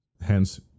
Hence